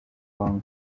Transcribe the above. congo